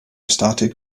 started